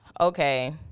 okay